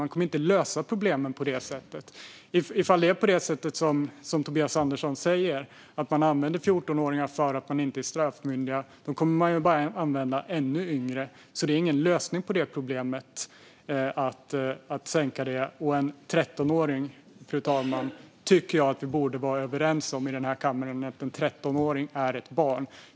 Man kommer inte att lösa problemen på det sättet. Ifall det är på det sätt som Tobias Andersson säger, att de använder 14-åringar för att de inte är straffmyndiga, kommer de bara att använda ännu yngre personer. Att sänka är alltså ingen lösning på det problemet. Fru talman! Jag tycker att vi i den här kammaren borde vara överens om att en 13-åring är ett barn.